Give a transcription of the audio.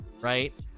right